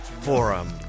forum